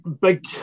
Big